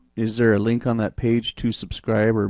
is there a link on that page to subscribe,